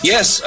Yes